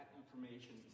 information